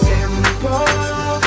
Simple